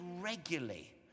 regularly